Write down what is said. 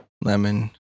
lemon